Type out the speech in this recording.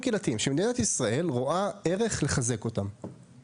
בעיניי חשוב לשמר את סעיף (5),